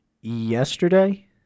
Yesterday